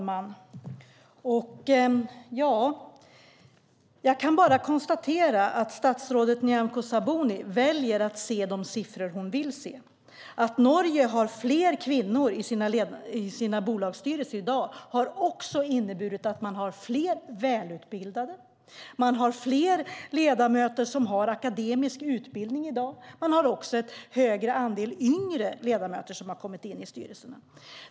Fru talman! Jag kan bara konstatera att statsrådet Nyamko Sabuni väljer att se de siffror hon vill se. Att Norge har fler kvinnor i sina bolagsstyrelser i dag har också inneburit att det finns fler välutbildade, att fler ledamöter har akademisk utbildning och en högre andel yngre ledamöter har kommit in i styrelserna.